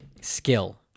skill